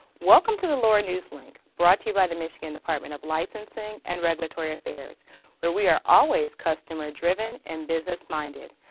welcome to the lara news link brought to you by the michigan department of licensing and regulatory affairs where we are always customer driven and business minded.